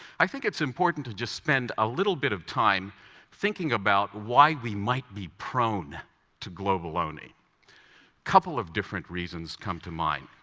i think it's important to just spend a little bit of time thinking about why we might be prone to globaloney. a couple of different reasons come to mind.